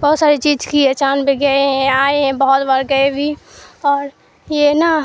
بہت ساری چیز کے لیے چاند پہ گئے ہیں آئے ہیں بہت بار گئے بھی اور یہ نا